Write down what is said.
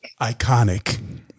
Iconic